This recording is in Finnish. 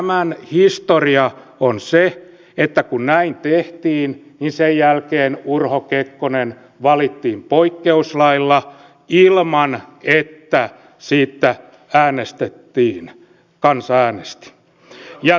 tämän historia on se että kun näin tehtiin niin sen jälkeen urho kekkonen valittiin poikkeuslailla ilman että siitä äänestettiin kansa äänesti